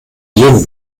leben